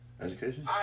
Education